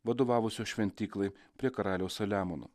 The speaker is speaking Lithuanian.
vadovavusio šventyklai prie karaliaus saliamono